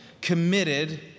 committed